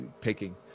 picking